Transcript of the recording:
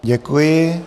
Děkuji.